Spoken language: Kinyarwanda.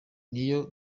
niyo